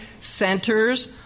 centers